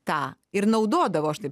tą ir naudodavo aš taip